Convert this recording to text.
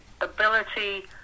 ability